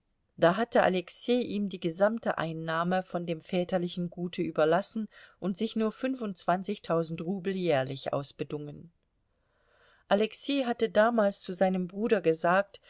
da hatte alexei ihm die gesamte einnahme von dem väterlichen gute überlassen und sich nur fünfundzwanzigtausend rubel jährlich ausbedungen alexei hatte damals zu seinem bruder gesagt